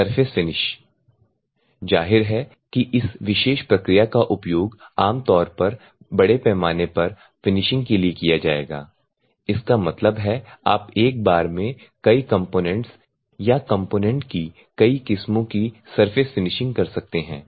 surface finish जाहिर है कि इस विशेष प्रक्रिया का उपयोग आम तौर पर बड़े पैमाने पर फिनिशिंग के लिए किया जाएगा इसका मतलब है आप एक बार में कई कम्पोनेंट्स या कम्पोनेंट की कई किस्मों की सरफेस फिनिशिंग कर सकते हैं